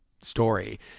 story